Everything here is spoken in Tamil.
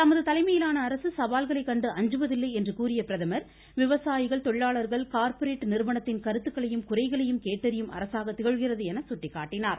தமது தலைமையிலான அரசு சவால்களை கண்டு அஞ்சுவதில்லை என்று விவசாயிகள் தொழிலாளர்கள் கார்பரேட் நிறுவனத்தின் கூறிய அவர் கருத்துக்களையும் குறைகளையும் கேட்டறியும் அரசாக திகழ்கிறது என சுட்டிக்காட்டினார்